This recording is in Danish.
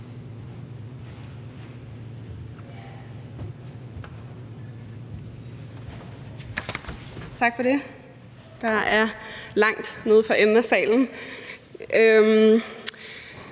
Tak for det. Der er langt herop nede fra enden af salen.